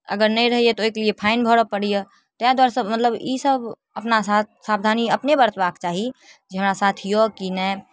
अगर नहि रहैए तऽ ओहिके लिए फाइन भरऽ पड़ैए ताहि दुआरे सभ मतलब ईसभ अपना सा सावधानी अपने बरतबाक चाही जे हमरा साथ यए कि नहि